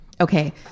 Okay